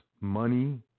money